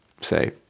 say